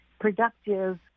productive